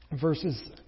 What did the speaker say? verses